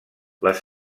les